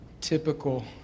typical